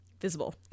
visible